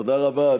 תודה רבה.